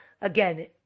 again